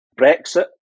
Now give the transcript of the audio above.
Brexit